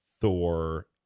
Thor